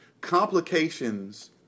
complications